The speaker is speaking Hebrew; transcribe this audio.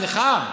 סליחה.